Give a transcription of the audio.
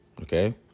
okay